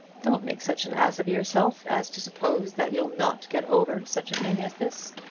don't make such an ass of yourself as to suppose that you'll not get over such a thing as this.